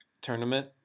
tournament